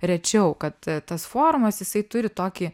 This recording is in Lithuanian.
rečiau kad tas forumas jisai turi tokį